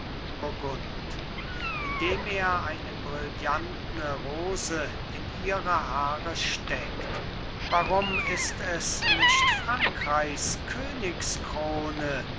indem er eine brillantne rose in ihre haare steckt warum ist es nicht frankreichs königskrone